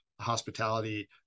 hospitality